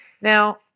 Now